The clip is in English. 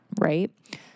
right